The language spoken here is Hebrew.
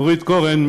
נורית קורן,